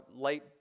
late